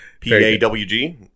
P-A-W-G